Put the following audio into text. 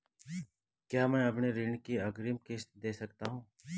क्या मैं अपनी ऋण की अग्रिम किश्त दें सकता हूँ?